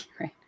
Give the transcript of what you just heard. Right